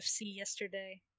yesterday